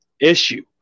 issue